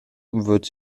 wird